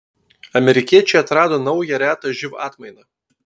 amerikiečiai atrado naują retą živ atmainą